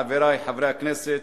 חברי חברי הכנסת,